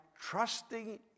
trusting